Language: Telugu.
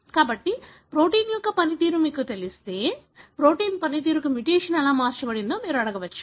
కాబట్టి ప్రోటీన్ యొక్క పనితీరు మీకు తెలిస్తే ప్రోటీన్ పనితీరును మ్యుటేషన్ ఎలా మార్చిందో మీరు అడగవచ్చు